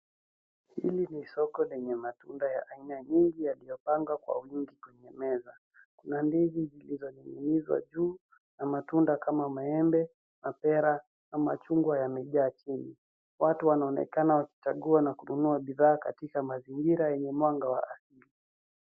Hili ni soko la matunda ya aina nyingi yaliyo pangwa kwa wingi kwenye meza. Kuna begi zilizo ning'inizwa juu na matunda kama maembe, mapera na machungwa yamejaa chini. Watu wanaonekana wakichagua na kunua bidhaa katika mazingira yenye mwanga wake.